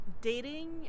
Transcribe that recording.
dating